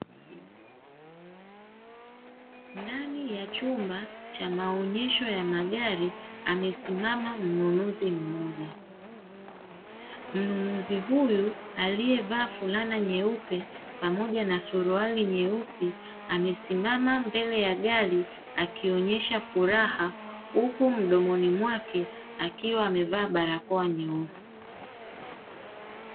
Ndani ya chumba cha maonyesho ya magari, amesimama mnunuzi mmoja. Mnunuzi huyu aliyevaa fulana nyeupe pamoja na suruali nyeusi, amesimama mbele ya gari akionyesha furaha, huku mdomoni mwake akiwa amevaa barakoa nyeusi.